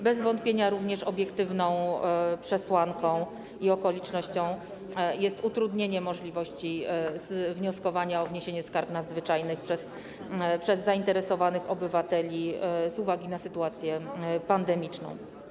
Bez wątpienia obiektywną przesłanką i okolicznością jest również utrudnienie możliwości wnioskowania o wniesienie skarg nadzwyczajnych przez zainteresowanych obywateli z uwagi na sytuację pandemiczną.